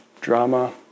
drama